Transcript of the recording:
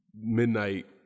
midnight